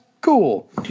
Cool